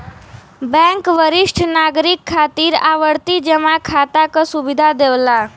bank वरिष्ठ नागरिक खातिर आवर्ती जमा खाता क सुविधा देवला